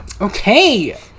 Okay